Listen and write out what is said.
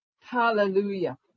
Hallelujah